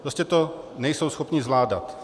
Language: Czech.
Prostě to nejsou schopni zvládat.